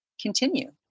continue